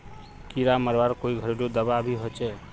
कीड़ा मरवार कोई घरेलू दाबा भी होचए?